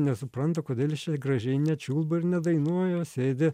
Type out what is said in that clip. nesupranta kodėl jis čia gražiai nečiulba ir nedainuoja sėdi